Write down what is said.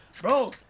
Bro